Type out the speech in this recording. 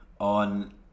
On